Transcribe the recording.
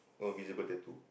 oh visible get two